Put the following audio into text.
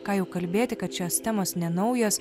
ką jau kalbėti kad šios temos nenaujos